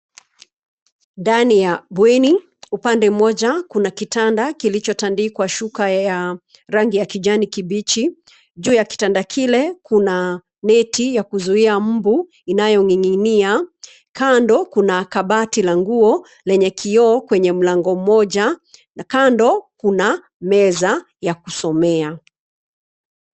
Ndani ya bweni. Upande mmoja kuna kitanda kilichotandikwa shuka ya rangi ya kijani kibichi. Juu ya kitanda kile, kuna neti ya kuzuia mbu inayoning'inia. Kando kuna kabati la nguo, lenye kioo kwenye mlango mmoja, na kando kuna meza ya kusomea.